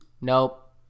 nope